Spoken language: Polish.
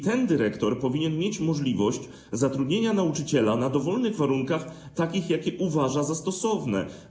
Ten dyrektor powinien mieć możliwość zatrudnienia nauczyciela na dowolnych warunkach, takich, jakie uważa za stosowne.